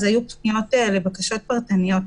היו פניות לבקשות פרטניות.